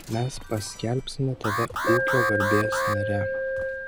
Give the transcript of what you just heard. mes paskelbsime tave ūkio garbės nare